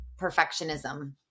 Perfectionism